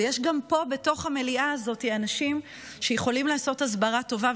ויש גם פה בתוך המליאה הזאת אנשים שיכולים לעשות הסברה טובה,